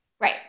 right